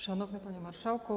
Szanowny Panie Marszałku!